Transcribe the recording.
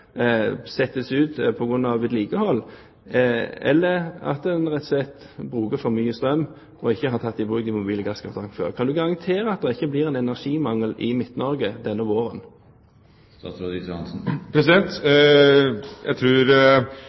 settes ut på grunn av vedlikehold, eller at en rett og slett bruker for mye strøm og ikke har tatt i bruk de mobile gasskraftverkene før. Kan statsråden garantere at det ikke blir en energimangel i Midt-Norge denne våren?